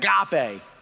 agape